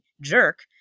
jerk